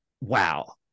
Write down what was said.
wow